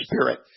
Spirit